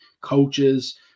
coaches